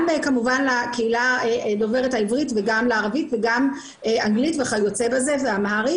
גם כמובן הקהילה דוברת העברית וגם ערבית וגם אנגלית ואמהרית.